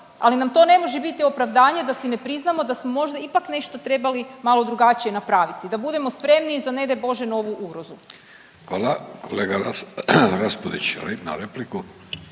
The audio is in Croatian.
ali nam to ne može biti opravdavanje da si ne priznamo da smo možda ipak nešto trebali malo drugačije napraviti. Da budemo spremni za ne daj Bože, novu ugrozu. **Vidović, Davorko